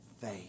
faith